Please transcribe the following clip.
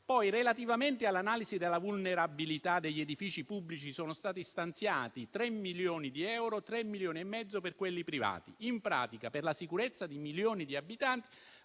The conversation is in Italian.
Relativamente all'analisi della vulnerabilità degli edifici pubblici sono stati stanziati 3 milioni di euro e 3,5 milioni per gli edifici privati. In pratica, la sicurezza di milioni di abitanti